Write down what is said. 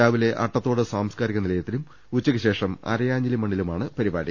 രാവിലെ അട്ടത്തോട് സാംസ്കാരിക നിലയത്തിലും ന ഉച്ചക്ക് ശേഷം അരയാഞ്ഞിലിമണ്ണിലുമാണ് പരിപാടി